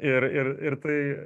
ir ir ir tai